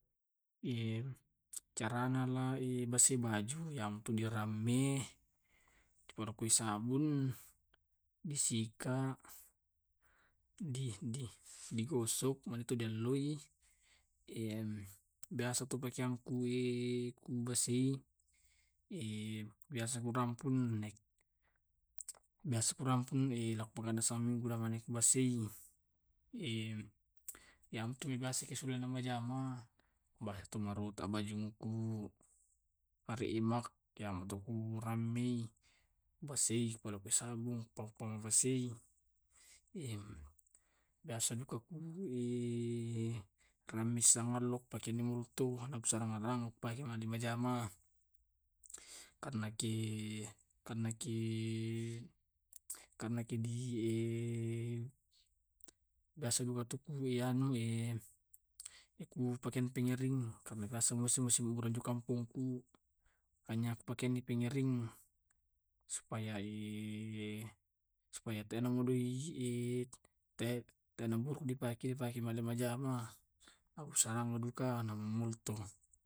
carana la basse baju iyantu diramme, diparokoi sabun, disika, dih dih digosok, mane tu dialoi. biasa tu pakeanku kubasei, biasa kurampun ne biasa kurampun nappaka sammi kuramane kubassei. yamtu mebasse la kujama mane tu marotak bajuku, areemak yamtu kurammei, pasei pare kei sabung basei biasa dukaku ramesangalo pakena molto, nahku sangarang-arang iya kupake majama. karna ke karna ke karena ke di. Biasa duka to ku anu kupakeang pengering, karena biasa maso musim ura jo dikampongku banyak dipakeangi pengering, supaya. Supaya tena mo dei tena buru dipake pake male majama usa mo duka na molto.